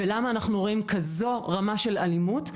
ולמה אנחנו רואים כזאת רמה של אלימות.